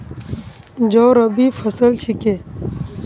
जौ रबी फसल छिके